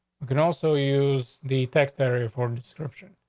we can also use the text area for description.